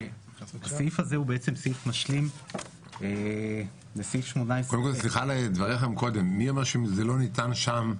הסעיף הזה הוא מסעיף משלים -- סליחה אבל מי אמר שאם זה לא ניתן שם,